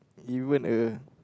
even a